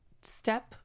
step